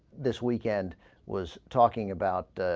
this weekend was talking about ah.